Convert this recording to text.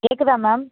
கேட்குதா மேம்